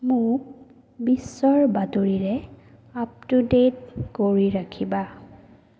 মোক বিশ্বৰ বাতৰিৰে আপ টু ডে'ট কৰি ৰাখিবা